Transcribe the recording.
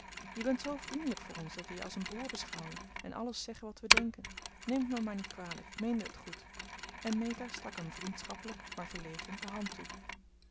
je bent zoo vriendelijk voor ons dat we je als een broer beschouwen en alles zeggen wat we denken neem t me maar niet kwalijk ik meende het goed en meta stak hem vriendschappelijk maar verlegen de hand toe